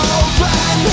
open